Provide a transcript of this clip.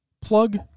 plug